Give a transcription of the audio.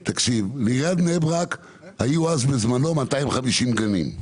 לעיריית בני ברק היו אז בזמנו 250 גנים,